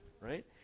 right